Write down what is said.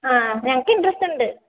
ആ ഞങ്ങൾക്ക് ഇൻട്രസ്റ്റ് ഉണ്ട്